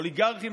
אוליגרכים,